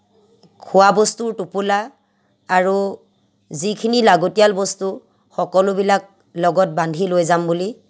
খোৱাবস্তুৰ টোপোলা আৰু যিখিনি লাগতীয়াল বস্তু সকলোবিলাক লগত বান্ধি লৈ যাম বুলি